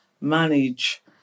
manage